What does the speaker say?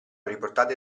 riportati